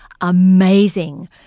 amazing